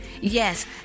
Yes